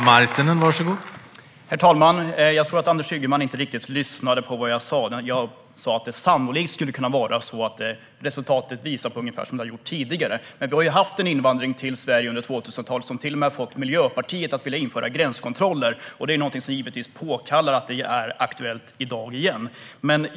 Herr talman! Jag tror att Anders Ygeman inte riktigt lyssnade på vad jag sa. Jag sa att det sannolikt skulle kunna vara så att resultatet visade ungefär det vi har sett tidigare. Vi har dock haft en invandring till Sverige under 2000-talet som till och med har fått Miljöpartiet att vilja införa gränskontroller, och det gör givetvis att detta är aktuellt i dag igen.